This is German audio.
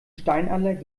steinadler